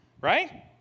right